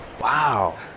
wow